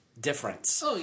difference